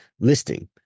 listing